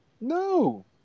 No